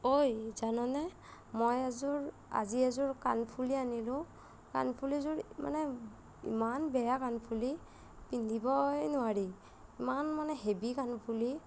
অই জাননে মই আজি এযোৰ আজি এযোৰ কাণফুলি আনিলোঁ কাণফুলিযোৰ মানে ইমান বেয়া কাণফুলি পিন্ধিবই নোৱাৰি ইমান মানে হেভি কাণফুলি